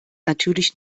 natürlich